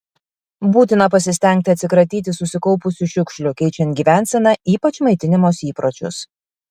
būtina pasistengti atsikratyti susikaupusių šiukšlių keičiant gyvenseną ypač maitinimosi įpročius